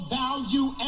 value